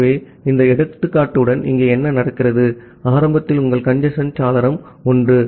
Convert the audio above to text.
ஆகவே இந்த எடுத்துக்காட்டுடன் இங்கே என்ன நடக்கிறது ஆகவே ஆரம்பத்தில் உங்கள் கஞ்சேஸ்ன் சாளரம் 1 ஆகும்